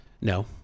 No